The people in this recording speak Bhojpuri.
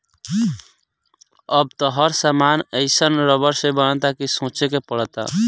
अब त हर सामान एइसन रबड़ से बनता कि सोचे के पड़ता